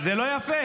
זה לא יפה.